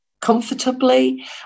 comfortably